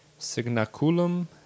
Signaculum